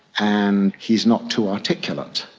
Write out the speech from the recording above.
and he's not too articulate,